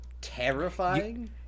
terrifying